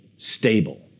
Stable